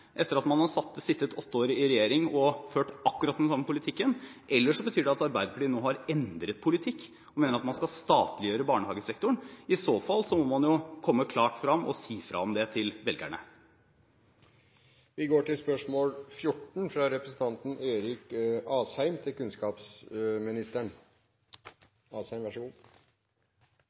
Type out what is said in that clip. etter at man har sittet åtte år i regjering og ført akkurat den samme politikken, eller så betyr det at Arbeiderpartiet nå har endret politikk og mener at man skal statliggjøre barnehagesektoren. I så fall må man komme klart frem og si fra om det til velgerne. Vi går da videre til spørsmål 14. Jeg tillater meg å stille følgende spørsmål til kunnskapsministeren: